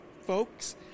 folks